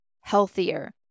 healthier